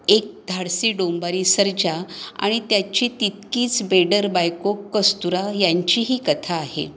एक धाडसी डोंबारी सर्जा आणि त्याची तितकीच बेडर बायको कस्तुरा यांचीही कथा आहे